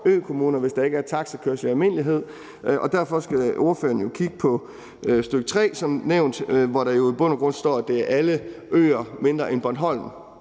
økommuner, hvis der ikke er taxikørsel i almindelighed, og derfor skal ordføreren jo som nævnt kigge på stk. 3, hvor der står, at det er alle øer mindre end Bornholm,